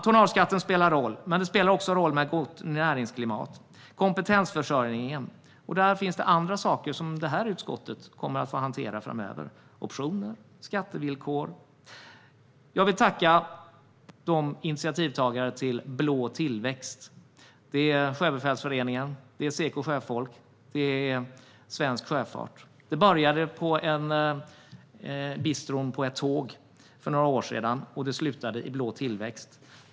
Tonnageskatten spelar roll, men det spelar också roll med ett gott näringsklimat och god kompetensförsörjning. Där finns det andra saker som det här utskottet kommer att få hantera framöver: optioner och skattevillkor. Jag vill tacka initiativtagarna till Blå tillväxt. Det är Sjöbefälsföreningen, Seko sjöfolk och Svensk Sjöfart. Det började på bistron på ett tåg för några år sedan och slutade i Blå tillväxt.